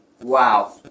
wow